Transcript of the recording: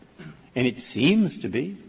and it seems to be.